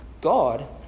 God